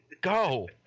Go